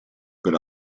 per